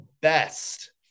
best